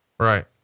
Right